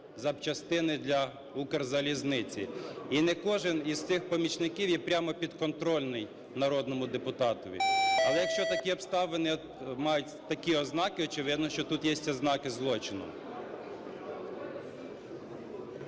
запчастини для "Укрзалізниці". І не кожен із цих помічників є прямо підконтрольний народному депутатові. Але якщо такі обставини мають такі ознаки, очевидно, що тут є ознаки злочину.